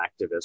activists